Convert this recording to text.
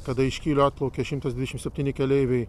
kada iš kylio atplaukia šimtas dvidešimt septyni keleiviai